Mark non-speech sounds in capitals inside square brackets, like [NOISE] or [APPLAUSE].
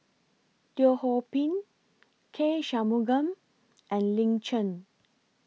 Teo Ho Pin K Shanmugam [NOISE] and Lin Chen